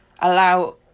allow